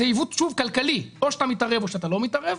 זה עיוות כלכלי, או שאתה מתערב או שאתה לא מתערב,